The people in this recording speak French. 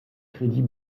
crédits